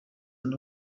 and